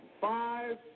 Five